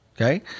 okay